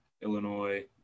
Illinois